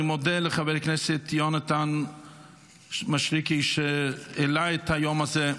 אני מודה לחבר הכנסת יונתן מישרקי שהעלה את היום הזה.